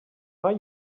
are